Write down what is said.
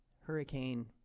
Hurricane